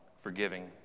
forgiving